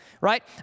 right